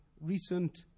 recent